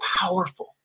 powerful